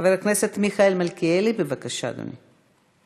חבר הכנסת מיכאל מלכיאלי, בבקשה, אדוני.